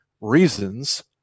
reasons